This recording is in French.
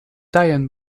diane